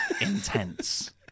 intense